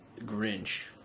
Grinch